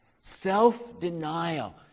Self-denial